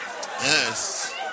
Yes